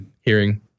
hearing